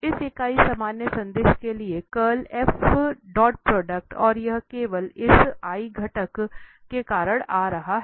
इस इकाई सामान्य सदिश के साथ कर्ल डॉट प्रोडक्ट और यह केवल इस घटकों के कारण आ रहा है